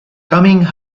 coming